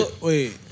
wait